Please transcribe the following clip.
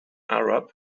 arab